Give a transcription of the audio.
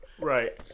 Right